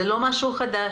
זה לא דבר חדש